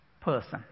person